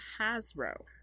Hasbro